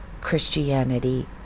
Christianity